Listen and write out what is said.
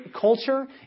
culture